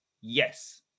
Yes